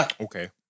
okay